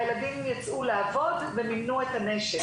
הילדים יצאו לעבוד ומימנו את הנשף.